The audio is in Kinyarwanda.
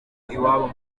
iwabo